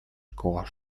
кош